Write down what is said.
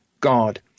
God